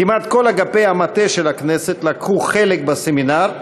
כמעט כל אגפי המטה של הכנסת לקחו חלק בסמינר,